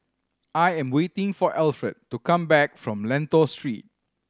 I am waiting for Alfred to come back from Lentor Street